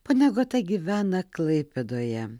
ponia agota gyvena klaipėdoje